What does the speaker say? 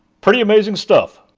pretty amazing stuff!